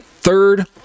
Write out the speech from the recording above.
third